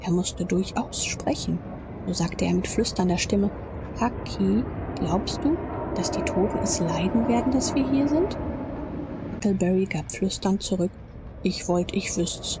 er mußte durchaus sprechen so sagte er mit flüsternder stimme hucky glaubst du daß die toten es leiden werden daß wir hier sind huckleberry gab flüsternd zurück ich wollte ich wüßte es s